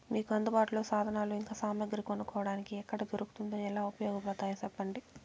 మీకు అందుబాటులో సాధనాలు ఇంకా సామగ్రి కొనుక్కోటానికి ఎక్కడ దొరుకుతుందో ఎలా ఉపయోగపడుతాయో సెప్పండి?